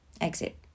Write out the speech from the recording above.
Exit